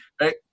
right